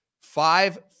five